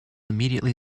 immediately